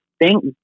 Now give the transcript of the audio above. thank